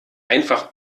einfach